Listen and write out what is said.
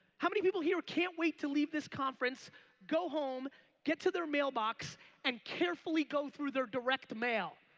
how many people here can't wait to leave this conference go home get to their mailbox and carefully go through their direct mail?